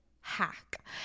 hack